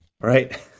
Right